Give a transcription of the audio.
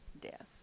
death